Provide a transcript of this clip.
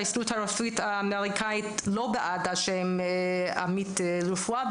ההסתדרות הרפואית האמריקאית לא בעד השם "עמית רפואה",